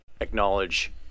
acknowledge